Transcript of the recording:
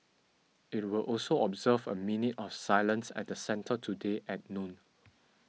it will also observe a minute of silence at the centre today at noon